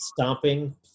stomping